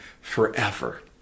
forever